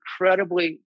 incredibly